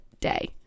day